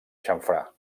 xamfrà